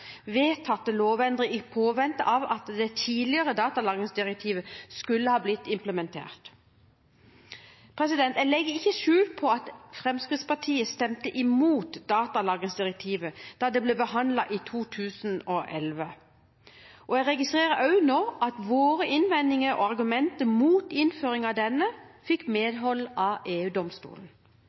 vedtatte lovendringer i påvente av at det tidligere datalagringsdirektivet skulle ha blitt implementert. Jeg legger ikke skjul på at Fremskrittspartiet stemte imot datalagringsdirektivet da det ble behandlet i 2011, og jeg registrerer også at våre innvendinger og argumenter mot innføring av direktivet fikk medhold av